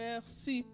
Merci